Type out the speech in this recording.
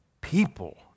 people